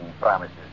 promises